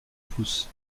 pousse